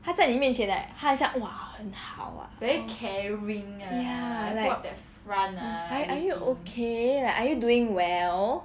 她在你面前 like 她很像 !wah! 很好啊 ya like are are you okay like are you doing well